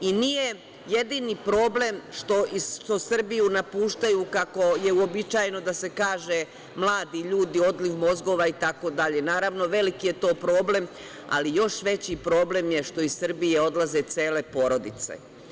Nije jedini problem što Srbiju napuštaju, kako je uobičajeno da se kaže, mladi ljudi, odliv mozgova itd, naravno, veliki je to problem, ali još veći problem je što iz Srbije odlaze cele porodice.